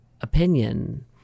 opinion